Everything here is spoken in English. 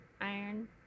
iron